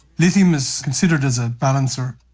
lithium is considered as a balancer.